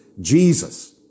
Jesus